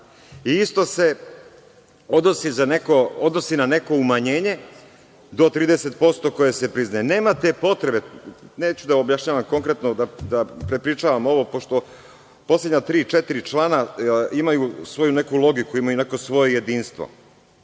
Isto se odnosi na neko umanjenje do 30% koje se priznaje. Nemate potrebe, neću konkretno da objašnjavam, da prepričavam ovo pošto poslednja tri, četiri člana imaju svoju neku logiku, imaju neko svoje jedinstvo.